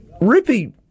Rippy